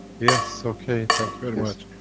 yes okay, thank you very much.